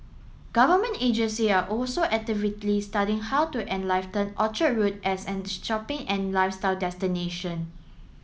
government agency are also actively studying how to Orchard Road as an shopping and lifestyle destination